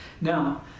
Now